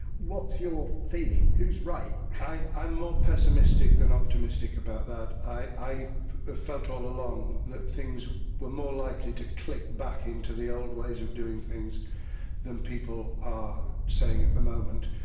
what's your feeling, who's right? i, i'm more pessimistic than optimistic about that! i, i have felt all along that things were more likely to click back into the old ways of doing things than people are saying at the moment.